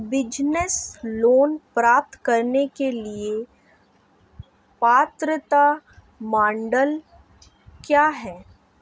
Business loan प्राप्त करने के लिए पात्रता मानदंड क्या हैं?